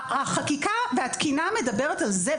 החקיקה והתקינה מדברת על זה,